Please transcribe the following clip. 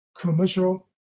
commercial